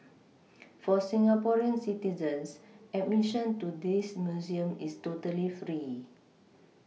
for Singaporean citizens admission to this Museum is totally free